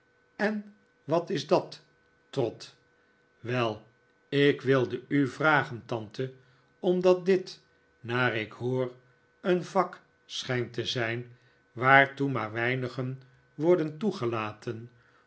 en wat is dat trot wel ik wilde u vragen tante omdat dit naar ik hoor een vak schijnt te zijn waartoe maar weinigen worden toegelaten